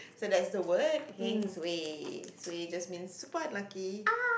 so that's the word heng suay suay just means super unlucky